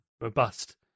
robust